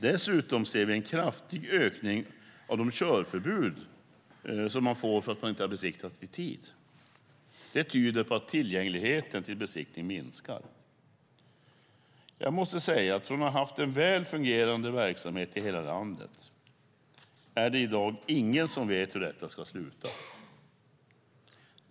Dessutom ser vi en kraftig ökning av de körförbud man får för att man inte besiktigat i tid. Detta tyder på att tillgängligheten till besiktning minskar. Jag måste säga att ingen i dag, från att ha haft en väl fungerande verksamhet i hela landet, vet hur detta ska sluta.